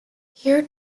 here